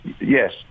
yes